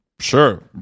Sure